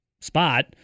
spot